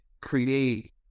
create